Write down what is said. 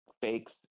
fakes